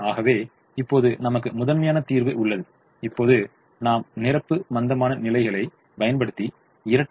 ஆகவே இப்போது நமக்கு முதன்மையான தீர்வு உள்ளது இப்போது நாம் நிரப்பு மந்தமான நிலைமைகளைப் பயன்படுத்தி இரட்டை